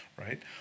right